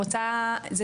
שלום,